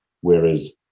Whereas